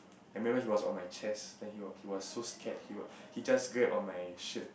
I remember he was on my chest then he was he was so scared he would he just grab on my shirt